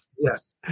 yes